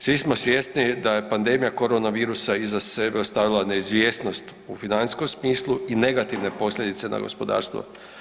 Svi smo svjesni da je pandemija korona virusa iza sebe ostavila neizvjesnost u financijskom smislu i negativne posljedice na gospodarstvo.